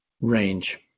range